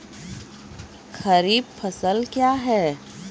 खरीफ फसल क्या हैं?